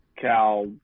Cal